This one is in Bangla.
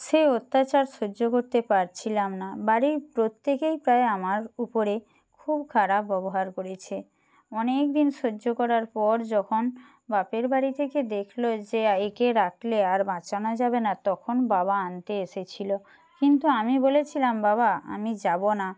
সেই অত্যাচার সহ্য করতে পারছিলাম না বাড়ির প্রত্যেকেই প্রায় আমার উপরে খুব খারাপ ব্যবহার করেছে অনেক দিন সহ্য করার পর যখন বাপের বাড়ি থেকে দেখলো যে একে রাখলে আর বাঁচানো যাবে না তখন বাবা আনতে এসেছিলো কিন্তু আমি বলেছিলাম বাবা আমি যাবো না